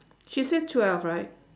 she said twelve right